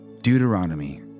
Deuteronomy